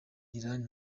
iran